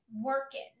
working